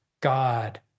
God